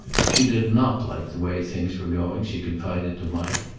she did not like the way things were going, she confided to mike.